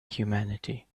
humanity